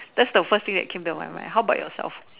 that's the first thing that came to my mind how about yourself